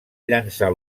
llançar